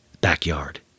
backyard